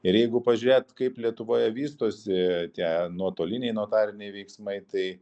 ir jeigu pažiūrėt kaip lietuvoje vystosi tie nuotoliniai notariniai veiksmai tai